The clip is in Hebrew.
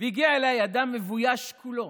והגיע אליי אדם מבויש כולו,